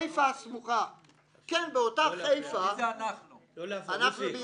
מי זה אנחנו?